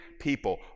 people